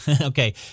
Okay